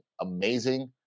amazing